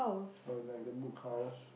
uh like the Book House